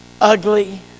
ugly